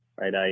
right